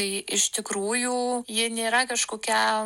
tai iš tikrųjų ji nėra kažkokia